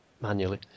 Manually